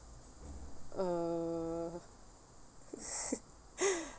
uh